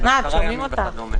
פעם ב-10 ימים וכדומה.